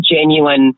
genuine